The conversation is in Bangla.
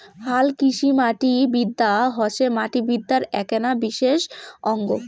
হালকৃষিমাটিবিদ্যা হসে মাটিবিদ্যার এ্যাকনা বিশেষ অঙ্গ